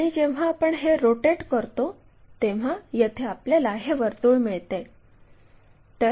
आणि जेव्हा आपण हे रोटेट करतो तेव्हा येथे आपल्याला हे वर्तुळ मिळते